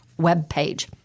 webpage